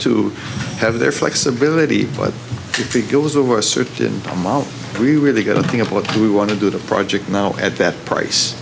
to have their flexibility but if it goes over a certain amount we really go think of what we want to do the project now at that price